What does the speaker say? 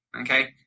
Okay